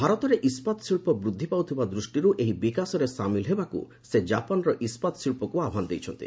ଭାରତରେ ଇସ୍କାତ ଶିଳ୍ପ ବୃଦ୍ଧି ପାଉଥିବା ଦୂଷ୍ଟିରୁ ଏହି ବିକାଶରେ ସାମିଲ ହେବାକୁ ସେ ଜାପାନର ଇସ୍କାତ ଶିଳ୍ପକୁ ଆହ୍ୱାନ ଦେଇଛନ୍ତି